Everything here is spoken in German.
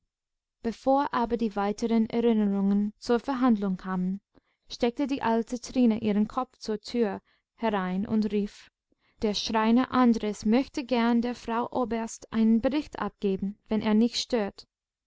bevor aber die weiteren erinnerungen zur verhandlung kamen steckte die alte trine ihren kopf zur tür herein und rief der schreiner andres möchte gern der frau oberst einen bericht abgeben wenn er nicht stört